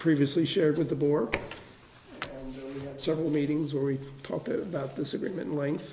previously shared with the bork several meetings where we talked about this agreement length